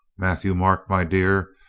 matthieu-marc, my dear,